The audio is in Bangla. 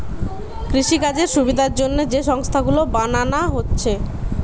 কৃষিকাজের সুবিধার জন্যে যে সংস্থা গুলো বানানা হচ্ছে